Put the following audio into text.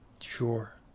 Sure